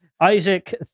Isaac